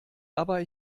aber